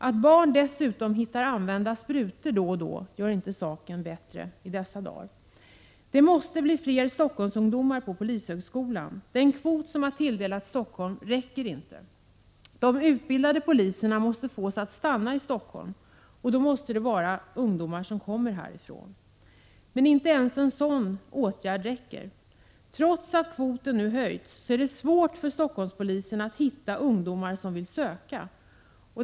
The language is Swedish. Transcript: Att barn dessutom hittar använda sprutor då och då gör inte saken bättre i dessa dagar. Det måste bli fler Stockholmsungdomar på polishögskolan, eftersom den kvot som tilldelats Stockholms polisdistrikt inte räcker. De utbildade poliserna måste fås att stanna i Stockholm. Och då måste det vara fråga om ungdomar som kommer härifrån. Men inte ens en sådan åtgärd räcker. Trots att kvoten nu höjts, så är det svårt för Stockholmspolisen att hitta ungdomar som vill söka.